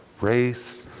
race